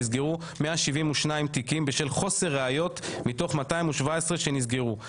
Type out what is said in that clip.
נסגרו 172 תיקים בשל חוסר ראיות מתוך 217 שנסגרו,